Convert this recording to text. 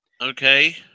Okay